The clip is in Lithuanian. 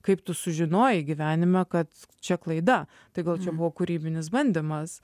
kaip tu sužinojai gyvenime kad čia klaida tai gal čia buvo kūrybinis bandymas